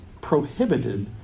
prohibited